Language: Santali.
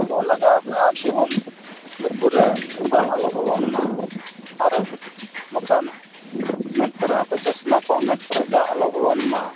ᱠᱚ ᱞᱟᱜᱟᱣ ᱠᱟᱜᱼᱟ ᱡᱮᱢᱚᱱ ᱞᱩᱛᱩᱨᱮ ᱫᱟᱜ ᱟᱞᱚ ᱵᱚᱞᱚᱱ ᱢᱟ ᱟᱨᱚ ᱱᱚᱠᱟᱱ ᱢᱮᱫ ᱠᱚᱨᱮ ᱦᱚᱸᱠᱚ ᱪᱚᱥᱢᱟ ᱠᱚ ᱢᱮᱫ ᱠᱚᱨᱮ ᱫᱟᱜ ᱟᱞᱚ ᱵᱚᱞᱚᱱ ᱢᱟ